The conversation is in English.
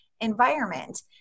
environment